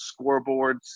scoreboards